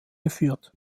geführt